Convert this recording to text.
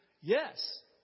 Yes